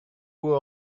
were